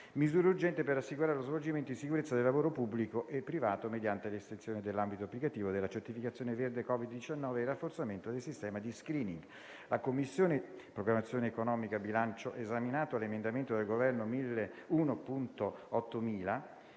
misure urgenti per assicurare lo svolgimento in sicurezza del lavoro pubblico e privato mediante l'estensione dell'ambito applicativo della certificazione verde COVID-19 e il rafforzamento del sistema di *screening*»*.* «La Commissione programmazione economica, bilancio, esaminato l'emendamento del Governo 1.8000,